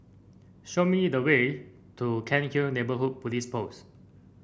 show me the way to Cairnhill Neighbourhood Police Post